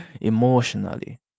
emotionally